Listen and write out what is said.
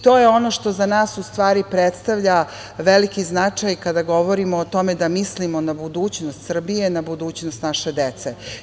To je ono što za nas u stvari predstavlja veliki značaj kada govorimo o tome da mislimo na budućnost Srbije, na budućnost naše dece.